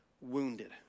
wounded